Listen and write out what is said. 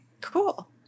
Cool